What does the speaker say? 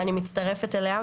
ואני מצטרפת אליה,